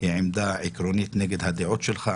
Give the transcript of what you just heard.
היא עמדה עקרונית נגד הדעות שלך.